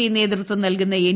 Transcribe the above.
P നേതൃത്വം നൽക്കുന്ന N